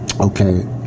okay